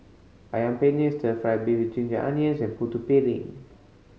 Ayam Penyet stir fried beef with ginger onions and Putu Piring